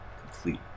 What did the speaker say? complete